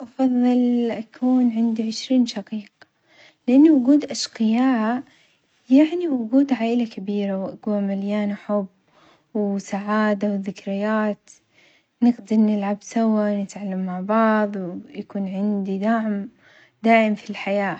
أفظل أكون عندي عشرين شقيق، لأن وجود أشقياء يعني وجود عائلة كبيرة وأجواء مليانة حب وسعادة وذكريات نقدر نلعب سوا نتعلم مع بعظ ويكون عندي دعم دائم في الحياة،